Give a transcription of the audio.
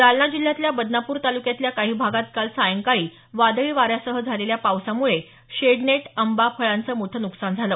जालना जिल्ह्यातल्या बदनापूर तालुक्यातल्या काही भागात काल सायंकाळी वादळी वाऱ्यासह झालेल्या पावसामुळं शेडनेट आंबा फळांचं मोठं नुकसान झालं